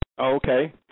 okay